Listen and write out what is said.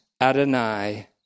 Adonai